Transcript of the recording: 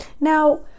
Now